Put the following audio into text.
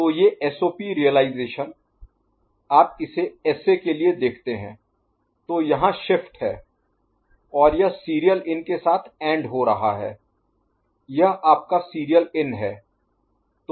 तो ये SOP realisation आप इसे एसए के लिए देखते हैं तो यहाँ शिफ्ट है और यह सीरियल इन के साथ एंड हो रहा है यह आपका सीरियल इन है